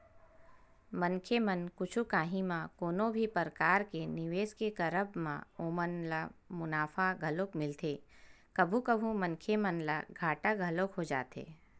मनखे मन कुछु काही म कोनो भी परकार के निवेस के करब म ओमन ल मुनाफा घलोक मिलथे कभू कभू मनखे मन ल घाटा घलोक हो जाथे